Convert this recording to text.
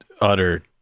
utter